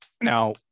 Now